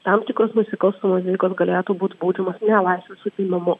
tam tikros nusikalstamos veikos galėtų būt baudžiamos ne laisvės atėmimu